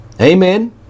Amen